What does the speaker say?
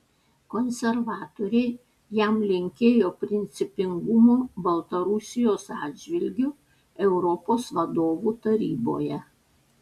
konservatoriai jam linkėjo principingumo baltarusijos atžvilgiu europos vadovų taryboje